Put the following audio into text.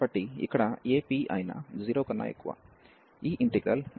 కాబట్టి ఇక్కడ ఏ p అయినా 0 కన్నా ఎక్కువ